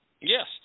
Yes